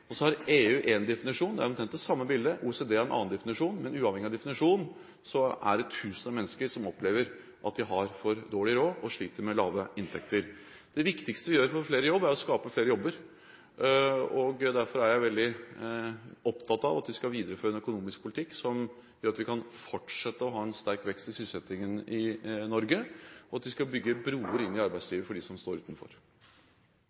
Så har EU én definisjon – det er omtrent det samme bildet. OECD har en annen definisjon, men uavhengig av definisjon er det tusener av mennesker som opplever at de har for dårlig råd, og at de sliter med lave inntekter. Det viktigste vi gjør for å få flere i jobb, er å skape flere jobber. Derfor er jeg veldig opptatt av at vi skal videreføre en økonomisk politikk som gjør at vi kan fortsette å ha en sterk vekst i sysselsettingen i Norge, og at vi skal bygge broer inn i